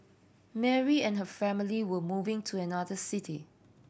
Mary and her family were moving to another city